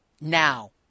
now